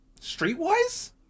streetwise